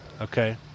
Okay